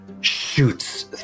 shoots